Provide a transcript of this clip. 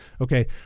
Okay